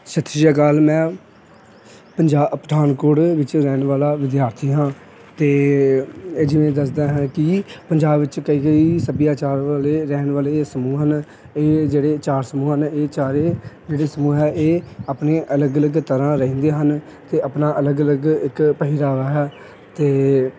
ਸਤਿ ਸ਼੍ਰੀ ਅਕਾਲ ਮੈਂ ਪੰਜਾਬ ਪਠਾਨਕੋਟ ਵਿੱਚ ਰਹਿਣ ਵਾਲਾ ਵਿਦਿਆਰਥੀ ਹਾਂ ਅਤੇ ਜਿਵੇਂ ਦੱਸਦਾ ਹਾਂ ਕਿ ਪੰਜਾਬ ਵਿੱਚ ਕਈ ਕਈ ਸੱਭਿਆਚਾਰ ਵਾਲੇ ਰਹਿਣ ਵਾਲੇ ਸਮੂਹ ਹਨ ਇਹ ਜਿਹੜੇ ਚਾਰ ਸਮੂਹ ਹਨ ਇਹ ਚਾਰੇ ਜਿਹੜੇ ਸਮੂਹ ਹੈ ਇਹ ਆਪਣੇ ਅਲੱਗ ਅਲੱਗ ਤਰ੍ਹਾਂ ਰਹਿੰਦੇ ਹਨ ਅਤੇ ਆਪਣਾ ਅਲੱਗ ਅਲੱਗ ਇੱਕ ਪਹਿਰਾਵਾ ਹੈ ਅਤੇ